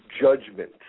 judgment